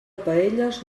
paelles